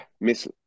Miss